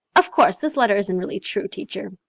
of course, this letter isn't really true, teacher.